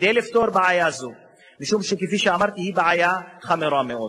לפי "עמותת, אין בעיה, בסדר.